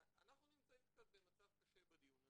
אנחנו נמצאים במצב קצת קשה בדיון הזה,